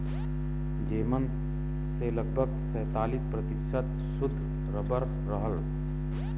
जेमन से लगभग सैंतालीस प्रतिशत सुद्ध रबर रहल